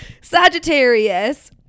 sagittarius